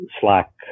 Slack